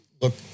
look